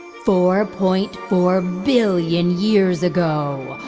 four-point-four billion years ago,